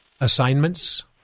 assignments